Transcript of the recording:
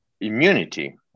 immunity